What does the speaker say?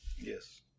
Yes